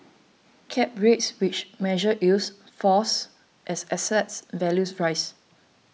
cap rates which measure yields falls as assets values rise